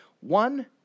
one